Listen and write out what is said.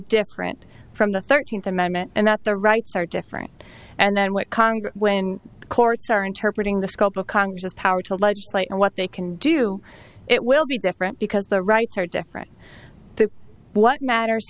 different from the thirteenth amendment and that the rights are different and then what congress when courts are interpreting the scope of congress's power to legislate or what they can do it will be different because the rights are different what matters